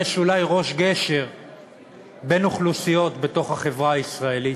אולי ראש גשר בין אוכלוסיות בתוך החברה הישראלית.